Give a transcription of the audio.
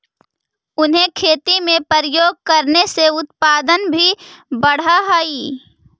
उन्हें खेती में प्रयोग करने से उत्पादन भी बढ़अ हई